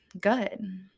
good